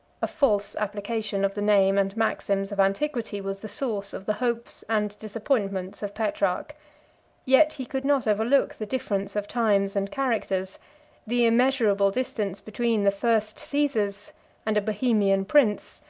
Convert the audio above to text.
a false application of the name and maxims of antiquity was the source of the hopes and disappointments of petrarch yet he could not overlook the difference of times and characters the immeasurable distance between the first caesars and a bohemian prince,